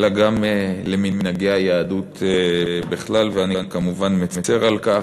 אלא גם למנהגי היהדות בכלל, ואני כמובן מצר על כך.